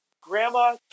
grandma